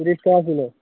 তিরিশ টাকা কিলো